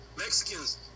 Mexicans